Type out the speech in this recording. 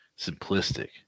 simplistic